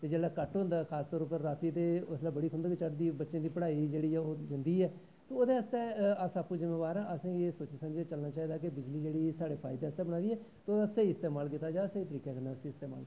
ते जिसलै कट्ट होंदा खास तौर पर रातीं ते उसलै खुंदक होंदा बच्चें दी पढ़ाई जेह्ड़ी ओह् होंदी ऐ ओह्दै आस्तै अस अप्पूं जिम्मेबार आं ओह्दै आस्तै असेंगी अप्पैं सोची समझियै चलना चाही दा कि बिजली जेह्ड़ी साढ़े फायदे आस्तै बना दी ऐ एह्दे स्हेई इस्तेमाल कीता जा स्हेई तरीके कन्नै इस्तेमाल कीता जा